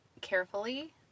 carefully